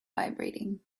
vibrating